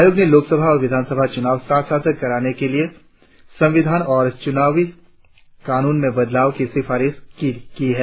आयोग ने लोकसभा और विधानसभा चूनाव साथ साथ कराने के लिए संविधान और चूनाव कानून में बदलाव की सिफारिश की है